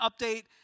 update